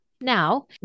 Now